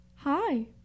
hi